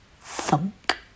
Thunk